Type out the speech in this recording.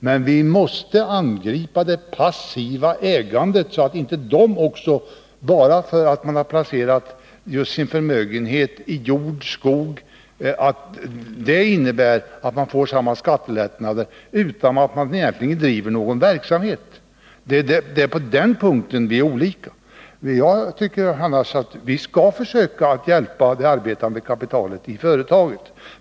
Men vi måste angripa det passiva ägandet. Bara för att man har placerat sin förmögenhet i jord eller skog skall man däremot inte få del av samma skattelättnader, utan att man egentligen bedriver någon verksamhet. Det är på den punkten våra uppfattningar är olika. Jag tycker annars att vi skall försöka hjälpa det arbetande kapitalet i företaget.